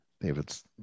David's